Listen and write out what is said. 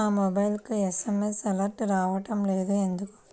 నా మొబైల్కు SMS alerts రావడం లేదు ఎందుకు?